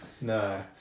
No